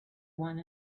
one